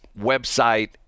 website